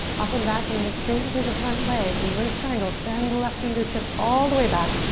up and back i'm gonna straighten through the front leg, reverse triangle. send left fingertips all the way back.